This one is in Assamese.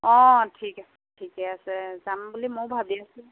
অঁ ঠিক আছে ঠিকে আছে যাম বুলি মইয়ো ভাবি আছো